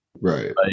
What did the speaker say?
right